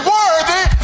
worthy